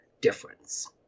difference